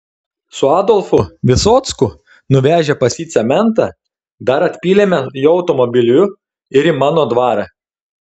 su adolfu visocku nuvežę pas jį cementą dar atpylėme jo automobiliu ir į mano dvarą